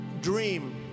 dream